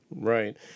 Right